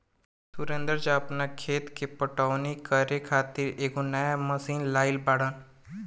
सुरेंदर चा आपन खेत के पटवनी करे खातिर एगो नया मशीन लाइल बाड़न